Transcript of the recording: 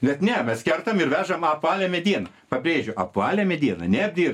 bet ne kertam ir vežam apvalią medieną pabrėžiu apvalią medieną neapdirbtą